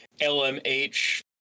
LMH